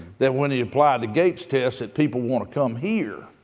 that when you apply the gates test that people want to come here.